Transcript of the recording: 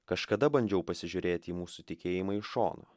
kažkada bandžiau pasižiūrėti į mūsų tikėjimą iš šono